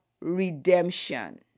redemption